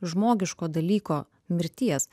žmogiško dalyko mirties